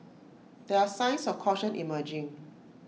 there are signs of caution emerging